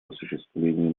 осуществлении